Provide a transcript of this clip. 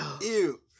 Ew